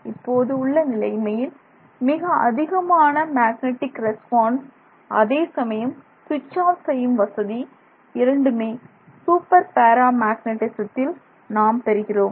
இப்போது உள்ள நிலைமையில் மிக அதிகமான மேக்னெட்டிக் ரெஸ்பான்ஸ் அதேசமயம் ஸ்விட்ச் ஆஃப் செய்யும் வசதி இரண்டுமேசூப்பர் பேரா மேக்னெட்டிசத்தில் நாம் பெறுகிறோம்